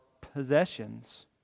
possessions